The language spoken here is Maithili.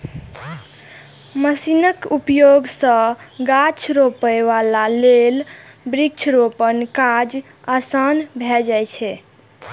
मशीनक उपयोग सं गाछ रोपै बला लेल वृक्षारोपण के काज आसान भए जाइ छै